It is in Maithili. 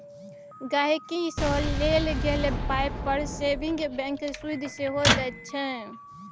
गांहिकी सँ लेल गेल पाइ पर सेबिंग बैंक सुदि सेहो दैत छै